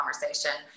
conversation